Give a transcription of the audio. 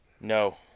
No